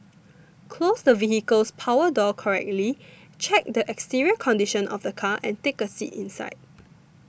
close the vehicle's power door correctly check the exterior condition of the car ans take a seat inside